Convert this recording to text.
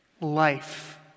life